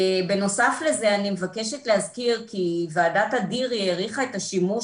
בנוסף לזה אני מבקשת להזכיר כי ועדת אדירי העריכה את השימוש